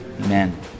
Amen